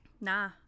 Nah